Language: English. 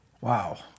wow